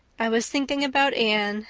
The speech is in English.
i was thinking about anne,